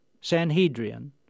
Sanhedrin